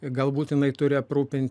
galbūt jinai turi aprūpint